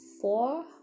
Four